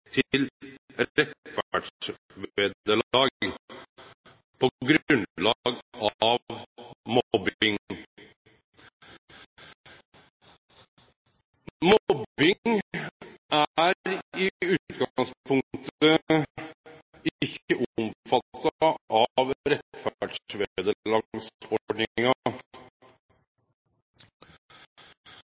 til rettferdsvederlag på grunnlag av mobbing. Mobbing er i utgangspunktet ikkje omfatta av